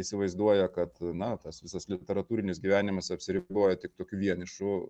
įsivaizduoja kad na tas visas literatūrinis gyvenimas apsiriboja tik tokiu vienišu